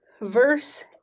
Verse